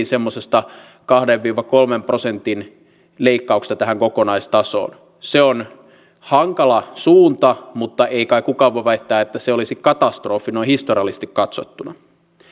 semmoisesta kahden viiva kolmen prosentin leikkauksesta tähän kokonaistasoon se on hankala suunta mutta ei kai kukaan voi väittää että se olisi katastrofi noin historiallisesti katsottuna